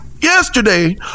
yesterday